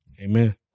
Amen